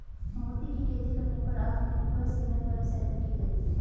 मोती की खेती करने पर आत्मनिर्भर सेना द्वारा सहायता की जाती है